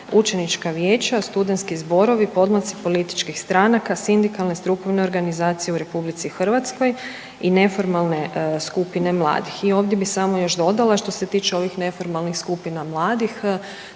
učenička vijeća, studentski zborovi, podmlaci političkih stranaka, sindikalne strukovne organizacije u Republici Hrvatskoj i neformalne skupine mladih. I ovdje bih samo još dodala što se tiče ovih neformalnih skupina mladih